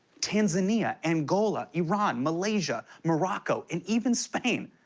tanzania, angola, iran, malaysia, morocco and even spain.